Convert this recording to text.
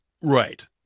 right